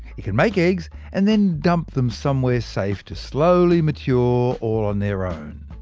it can make eggs, and then dump them somewhere safe to slowly mature, all on their own.